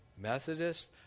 Methodist